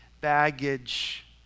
baggage